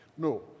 No